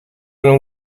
been